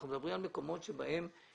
אנחנו לא היינו רוצים ליצור מיסקלקולציה,